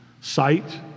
Sight